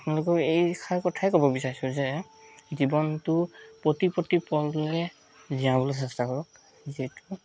আপোনালোকক এইষাৰ কথাই ক'ব বিচাৰিছোঁ যে জীৱনটো প্ৰতি প্ৰতি পলটোৱে জীয়াবলৈ চেষ্টা কৰক যিটো